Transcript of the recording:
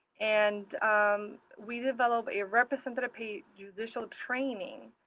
and um we developed a representative payee judicial training.